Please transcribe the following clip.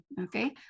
okay